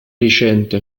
recente